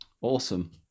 Awesome